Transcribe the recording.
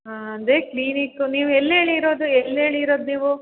ಹಾಂ ಅಂದರೆ ಕ್ಲಿನಿಕು ನೀವು ಎಲ್ಲಿ ಹೇಳಿ ಇರೋದು ಎಲ್ಲಿ ಹೇಳಿ ಇರೋದು ನೀವು